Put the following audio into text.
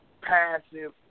passive